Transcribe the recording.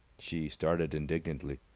she started indignantly.